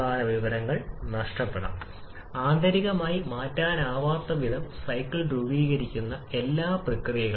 രാസ സമവാക്യം ഇപ്രകാരമാണ് CH4 12 4 × 1 16 കിലോഗ്രാമിന്റെ 1 കിലോമീറ്റർ എയർ 2 32 3